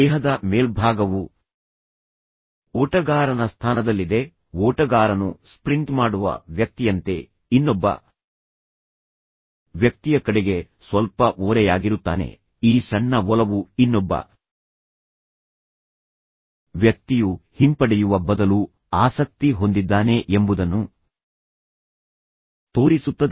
ದೇಹದ ಮೇಲ್ಭಾಗವು ಓಟಗಾರನ ಸ್ಥಾನದಲ್ಲಿದೆ ಓಟಗಾರನು ಸ್ಪ್ರಿಂಟ್ ಮಾಡುವ ವ್ಯಕ್ತಿಯಂತೆ ಇನ್ನೊಬ್ಬ ವ್ಯಕ್ತಿಯ ಕಡೆಗೆ ಸ್ವಲ್ಪ ಓರೆಯಾಗಿರುತ್ತಾನೆ ಈ ಸಣ್ಣ ಒಲವು ಇನ್ನೊಬ್ಬ ವ್ಯಕ್ತಿಯು ಹಿಂಪಡೆಯುವ ಬದಲು ಆಸಕ್ತಿ ಹೊಂದಿದ್ದಾನೆ ಎಂಬುದನ್ನು ತೋರಿಸುತ್ತದೆ